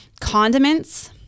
Condiments